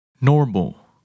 Normal